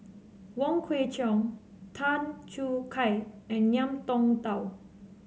Wong Kwei Cheong Tan Choo Kai and Ngiam Tong Dow